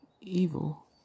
evil